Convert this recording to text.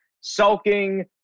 sulking